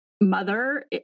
mother